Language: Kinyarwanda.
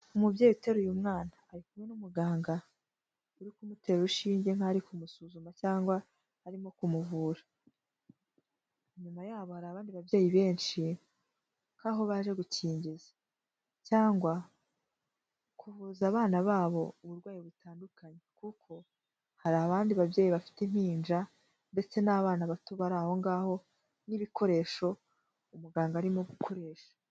Umubyeyi uteraruye umwana ari kumwe n'umuganga, uri kumutera urushinge nk'aho ari kumusuzuma arimo kumuvura, inyuma yabo hari abandi babyeyi benshi nk'aho baje gukingiza cyangwa kuvuza abana babo uburwayi butandukanye, kuko hari abandi babyeyi bafite impinja ndetse n'abana bato bari aho ngaho n'ibikoresho umuganga arimo gukoresha.